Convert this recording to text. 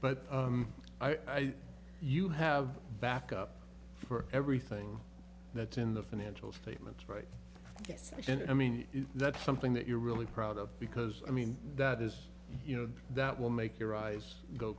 think you have backup for everything that's in the financial statements right and i mean that's something that you're really proud of because i mean that is you know that will make your eyes go